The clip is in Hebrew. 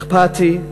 אכפתי,